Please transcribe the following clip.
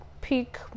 pick